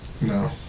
No